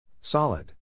Solid